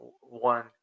one